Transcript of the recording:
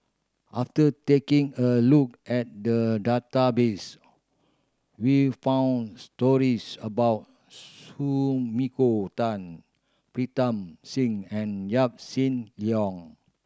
after taking a look at the database we found stories about Sumiko Tan Pritam Singh and Yaw Shin Leong